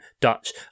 Dutch